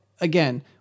again